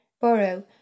borrow